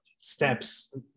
steps